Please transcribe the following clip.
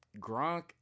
Gronk